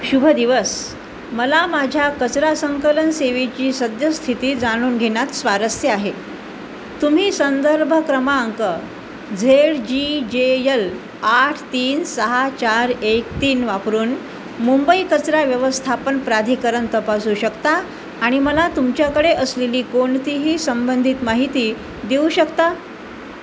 शुभ दिवस मला माझ्या कचरा संकलन सेवेची सद्यस्थिती जाणून घेण्यात स्वारस्य आहे तुम्ही संदर्भ क्रमांक झेड जी जे यल आठ तीन सहा चार एक तीन वापरून मुंबई कचरा व्यवस्थापन प्राधिकरण तपासू शकता आणि मला तुमच्याकडे असलेली कोणतीही संबंधित माहिती देऊ शकता